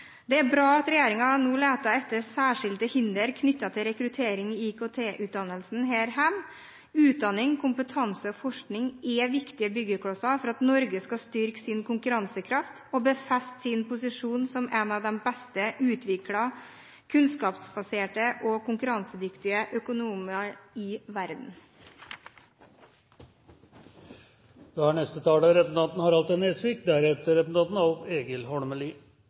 Det er bra at regjeringen nå leter etter særskilte hinder knyttet til rekruttering til IKT-utdannelsen her hjemme. Utdanning, kompetanse og forskning er viktige byggeklosser for at Norge skal styrke sin konkurransekraft og befeste sin posisjon som en av de best utviklede, kunnskapsbaserte og konkurransedyktige økonomiene i verden.